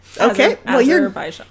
Okay